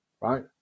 right